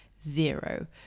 zero